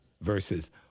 versus